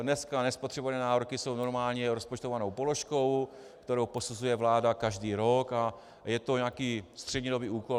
Dnes nespotřebované nároky jsou normálně rozpočtovanou položkou, kterou posuzuje vláda každý rok, a je to nějaký střednědobý úkol.